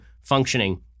functioning